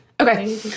Okay